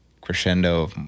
crescendo